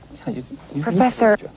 Professor